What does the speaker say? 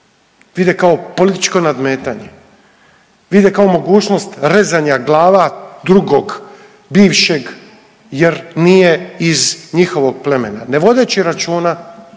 vide kao političko nadmetanje, vide kao mogućnost rezanja glava drugog bivšeg jer nije iz njihovog plemena ne vodeći računa